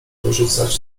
wyrzucać